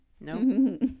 Nope